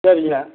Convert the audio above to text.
சரிங்க